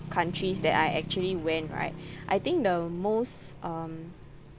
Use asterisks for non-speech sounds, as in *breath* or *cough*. countries that I actually went right *breath* I think the most um